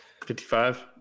55